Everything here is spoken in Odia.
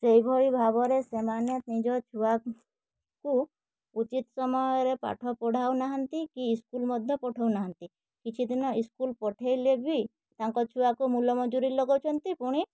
ସେହିଭଳି ଭାବରେ ସେମାନେ ନିଜ ଛୁଆକୁ ଉଚିତ୍ ସମୟରେ ପାଠ ପଢ଼ାଉ ନାହାଁନ୍ତି କି ସ୍କୁଲ୍ ମଧ୍ୟ ପଠଉ ନାହାଁନ୍ତି କିଛି ଦିନ ସ୍କୁଲ୍ ପଠେଇଲେ ବି ତାଙ୍କ ଛୁଆକୁ ମୁଲ ମଜୁରୀ ଲଗଉଛନ୍ତି ପୁଣି